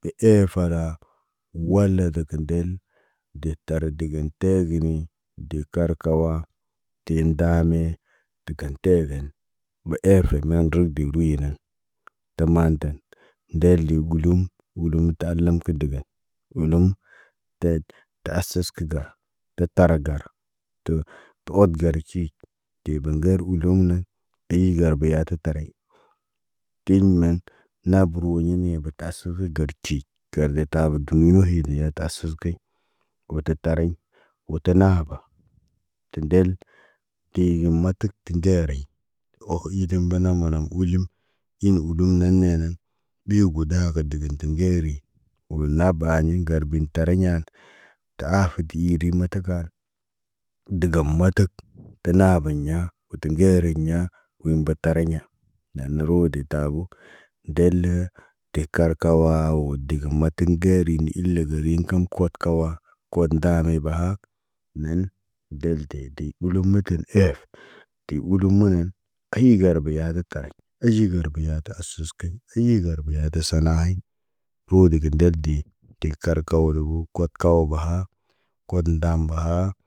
Be eefera, wala deke ndel, deb tara dəgən teegini, dee karkawa. Teen dame, dəkan teeben, mə eefe men rebe ruyinan. Tə maatan, ndel ɓulum, wulu tə alam kə dəgən wulum. Teet, tə asas kə bəra, tetara gar, tə ot gal cii. Tebe ŋgər udumne, eeyi gar beyati taray. Tiɲ nan, nabəro ɲi ne batan asərə gət ci. Kale tabo duuni ohi de ya tə asəskiɲ. Woto tariɲ, woto naaba, tindel, tii ge matak ti ŋgeere. Ok hidən banama naŋg uulim, in udum nan nenan, ɓi guda ka deben ti ŋgeri, wo laba ni ŋgarbin tariŋga. Ta aafe diyidi mataka, ə dəŋgam matak, tə naabə ɲa wo tə ŋgeriɲa wo mbat tariɲa? Nano roode tabo. Ndeel, de kar ka waa wo digim matiŋg geerin ile gerin kum kot kawa, kod ndaa ge baha neen, deltedi uluməte ef. Ti ulum mənən, ayi garba yati taraɲ, aji garba yatə asiskiɲ, iye garba yatə sana hay. Roode de ŋgel de, de kə karkaw rəbu, kot kaw baha, kood ndam baha.